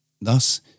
Thus